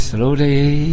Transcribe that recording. Slowly